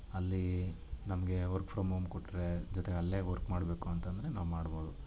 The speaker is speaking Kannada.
ಅಲ್ಲಿ ನಮಗೆ ವರ್ಕ್ ಫ್ರಮ್ ಓಮ್ ಕೊಟ್ಟರೆ ಜೊತೆಗೆ ಅಲ್ಲೇ ವರ್ಕ್ ಮಾಡಬೇಕು ಅಂತಂದರೆ ನಾವು ಮಾಡ್ಬೋದು